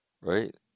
right